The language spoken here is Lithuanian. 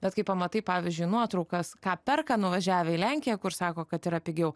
bet kai pamatai pavyzdžiui nuotraukas ką perka nuvažiavę į lenkiją kur sako kad yra pigiau